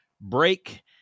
break